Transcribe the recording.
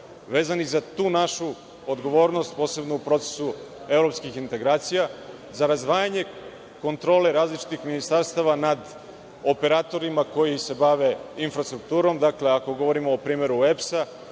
vezanih za tu našu odgovornost, posebno u procesu evropskih integracija, za razdvajanje kontrole različitih ministarstava nad operatorima koji se bave infrastrukturom. Dakle, ako govorimo o primeru EPS-a